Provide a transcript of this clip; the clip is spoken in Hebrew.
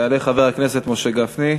יעלה חבר הכנסת משה גפני,